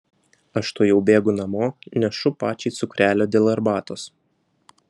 aš tuojau bėgu namo nešu pačiai cukrelio dėl arbatos